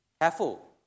careful